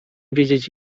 wiedzieć